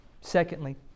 Secondly